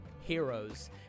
heroes